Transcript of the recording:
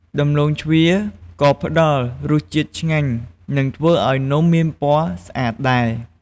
ដំឡូងជ្វាក៏ផ្តល់រសជាតិឆ្ងាញ់ និងធ្វើឱ្យនំមានពណ៌ស្អាតដែរ។